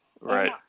Right